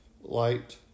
light